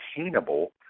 attainable